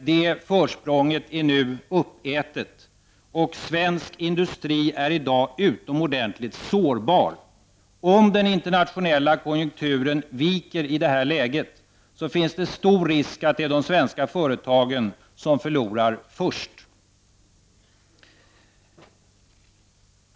Men det försprånget är nu uppätet, och svensk industri är i dag utomordentligt sårbar. Om den internationella konjunkturen viker i det här läget, så finns det stor risk att det är de svenska företagen som förlorar först.